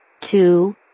Two